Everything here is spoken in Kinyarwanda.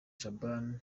shaban